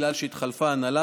בגלל שהתחלפה הנהלה,